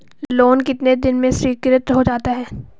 Loan कितने दिन में स्वीकृत हो जाता है?